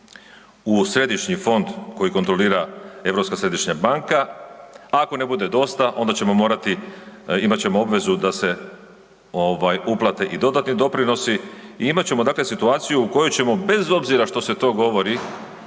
u središnji fond koji kontrolira Europska središnja banka, ako ne bude dosta onda ćemo morati imat ćemo obvezu da se uplate i dodatni doprinosi i imat ćemo situaciju u kojoj ćemo bez obzira što se to govoriti